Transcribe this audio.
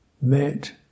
met